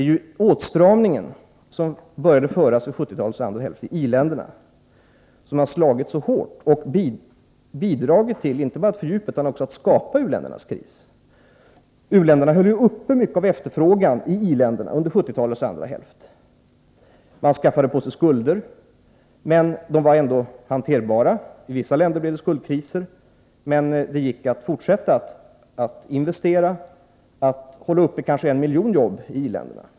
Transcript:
Den åtstramning som man började sätta in under 1970-talets andra hälft i i-länderna har slagit hårt och inte bara bidragit till att fördjupa u-ländernas kris utan också till att skapa denna. U-länderna upprätthöll ju mycket av sin efterfrågan i i-länderna under 1970-talets andra hälft. De drog på sig skulder, men dessa var ändå hanterbara. Vissa länder hamnade i skuldkriser, men det var möjligt för dem att fortsätta att investera och att ge underlag för kanske en miljon jobb i i-länderna.